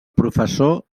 professor